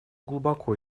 глубоко